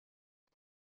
اره